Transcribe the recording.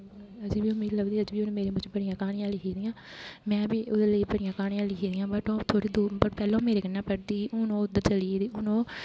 अजें बी ओह् मी लभदी अज्ज बी उन्न मेरे मूजब बड़ियां क्हानियां लिखी दियां में बी ओह्दे लेई बड़ियां क्हानियां लिखी दियां बट पैह्लें ओह् मेरे कन्नै पढ़दी ही हून ओह् उद्धर चली गेदी हून ओह्